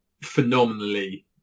phenomenally